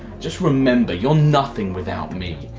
just remember you're nothing without me.